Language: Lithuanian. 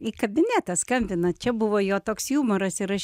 į kabinetą skambina čia buvo jo toks jumoras ir aš